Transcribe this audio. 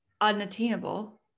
unattainable